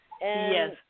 Yes